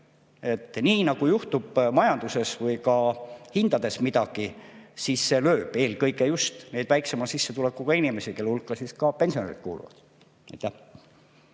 riskiga. Kui juhtub majanduses või ka hindadega midagi, siis see lööb eelkõige just väiksema sissetulekuga inimesi, kelle hulka ka pensionärid kuuluvad.